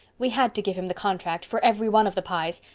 we had to give him the contract, for every one of the pyes.